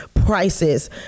prices